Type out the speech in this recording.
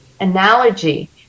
analogy